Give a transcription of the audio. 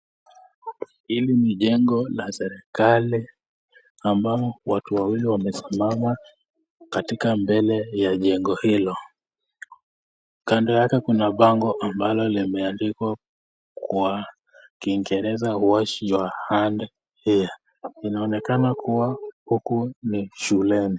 Hili ni chengo la serikali ambao watu wawili wamesimama katika mbele ya chengo hilo, kando yake Kuna pango ambalo limeandikwa kwa kiingereza (cs)wash your hands here(cs) inaonekana kuwa huku ni shuleni.